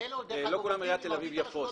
טלאול עובדת עם מרבית הרשויות המקומיות במדינה.